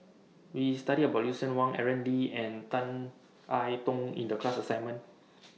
We studied about Lucien Wang Aaron Lee and Tan I Tong in The class assignment